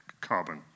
carbon